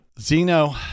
Zeno